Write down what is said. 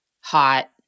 hot